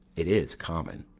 it is common.